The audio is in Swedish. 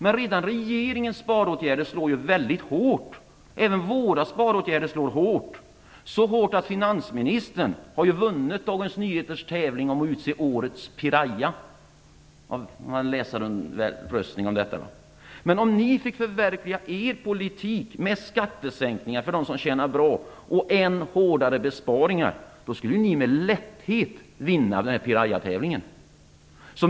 Med redan regeringens sparåtgärder slår ju väldigt hårt. Även våra sparåtgärder slår hårt. De slår så hårt att finansministern har vunnit Dagens Nyheters tävling där man utser årets piraya i en läsaromröstning. Men om ni fick förverkliga er politik med skattesänkningar för dem som tjänar bra och än hårdare besparingar skulle ni med lätthet vinna den här pirayatävlingen.